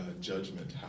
judgment